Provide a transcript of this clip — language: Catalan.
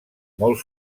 molt